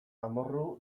amorru